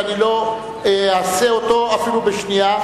ואני לא אהסה אותו אפילו בשנייה,